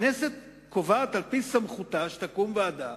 הכנסת קובעת על-פי סמכותה שתקום ועדה,